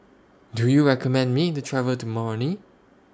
Do YOU recommend Me to travel to Moroni